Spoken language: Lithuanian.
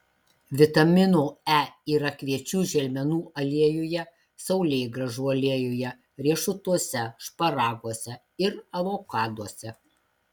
vitamino e yra kviečių želmenų aliejuje saulėgrąžų aliejuje riešutuose šparaguose ir avokaduose